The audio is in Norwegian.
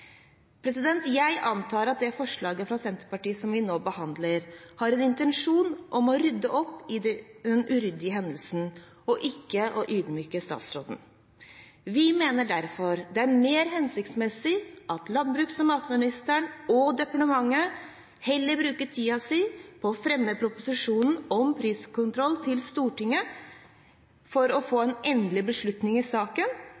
Jeg antar at det forslaget fra Senterpartiet som vi nå behandler, har som intensjon å rydde opp i den uryddige hendelsen og ikke å ydmyke statsråden. Vi mener derfor det er mer hensiktsmessig at landbruks- og matministeren og -departementet bruker tiden sin på å fremme proposisjonen om priskontroll til Stortinget for å få en endelig beslutning i saken